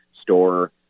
store